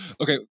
Okay